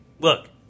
look